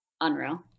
unreal